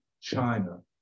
China